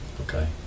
Okay